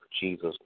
Jesus